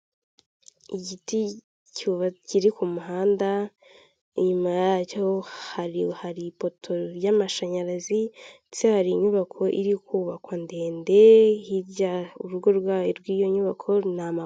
Ahantu henshi hakorerwa ibintu bitandukanye bahora bashishikarizwa gukoresha iki gikoresho kifashishwa mu kuzimya umuriro iyo inkongi ihafashe iki gikoresho kiratabara ni byiza ko umuntu wese yakigira aho akorera.